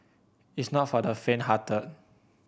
it's not for the fainthearted